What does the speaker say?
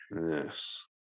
Yes